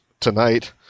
Tonight